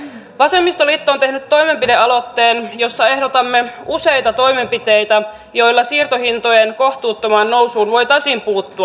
vasemmistoliitto on tehnyt toimenpidealoitteen jossa ehdotamme useita toimenpiteitä joilla siirtohintojen kohtuuttomaan nousuun voitaisiin puuttua